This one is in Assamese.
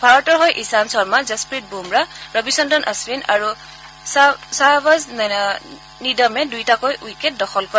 ভাৰতৰ হৈ ঈশান্ত শৰ্মা যশপ্ৰীত বুমৰাহ ৰবিচন্দ্ৰন অধ্বিন আৰু শ্বাহবাজ নদীমে দুটাকৈ উইকেট দখল কৰে